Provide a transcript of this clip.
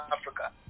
Africa